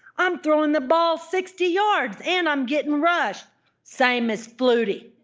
i'm throwing the ball sixty yards, and i'm getting rushed same as flutie